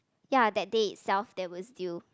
ya that day itself there was still